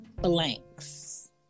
blanks